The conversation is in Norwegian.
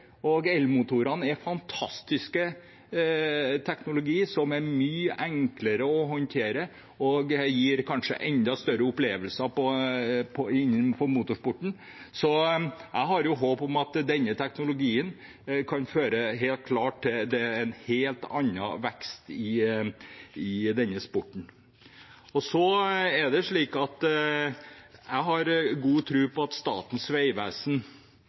Elmotorene er en fantastisk teknologi som er mye enklere å håndtere, og som kanskje gir enda større opplevelser innen motorsporten. Jeg har håp om at denne teknologien kan føre til en helt annen vekst i denne sporten. Jeg har god tro på at Statens vegvesen, som har